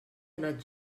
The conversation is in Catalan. anat